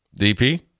DP